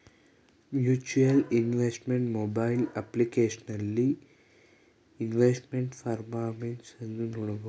mutual investment mobile ಅಪ್ಲಿಕೇಶನಲ್ಲಿ investment performance ಅನ್ನು ನೋಡ್ಬೋದು